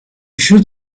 should